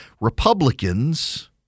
Republicans